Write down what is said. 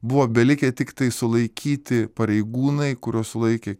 buvo belikę tiktai sulaikyti pareigūnai kuriuos sulaikė